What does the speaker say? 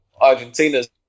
Argentina's